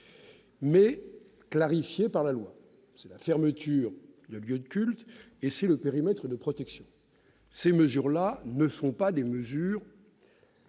mais clarifiées par la loi : la fermeture de lieux de culte et le périmètre de protection. Ces mesures-là ne sont pas spécifiquement